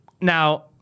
Now